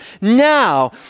now